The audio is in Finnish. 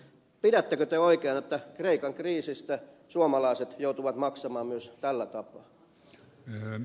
pidättekö te oikeana että kreikan kriisistä suomalaiset joutuvat maksamaan myös tällä tapaa